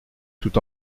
tout